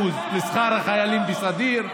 50% לשכר החיילים בסדיר,